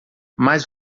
mais